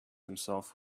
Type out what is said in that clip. himself